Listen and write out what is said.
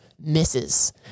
misses